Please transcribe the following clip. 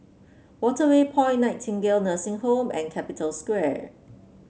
Waterway Point Nightingale Nursing Home and Capital Square